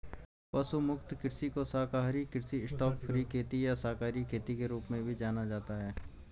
पशु मुक्त कृषि को शाकाहारी कृषि स्टॉकफ्री खेती या शाकाहारी खेती के रूप में भी जाना जाता है